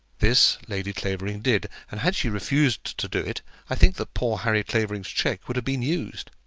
this lady clavering did and had she refused to do it, i think that poor harry clavering's cheque would have been used.